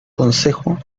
consejo